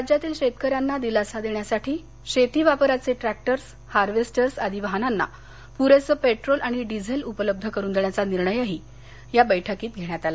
राज्यातील शेतकऱ्यांना दिलासा देण्यासाठी शेती वापराचे टॅक्टर हार्वेस्टर आदी वाहनांना प्रेसे पेट्रोल डिझेल उपलब्ध करुन देण्याचा निर्णयही बैठकीत घेण्यात आला